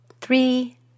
three